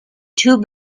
two